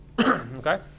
Okay